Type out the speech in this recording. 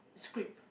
script